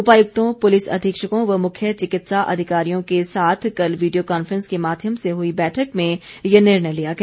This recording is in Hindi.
उपायुक्तों पुलिस अधीक्षकों व मुख्य चिकित्सा अधिकारियों के साथ कल वीडियो कॉन्फ्रंस के माध्यम से हुई बैठक में ये निर्णय लिया गया